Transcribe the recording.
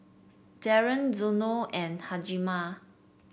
Darryn Zeno and Hjalmar